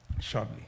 shortly